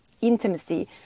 intimacy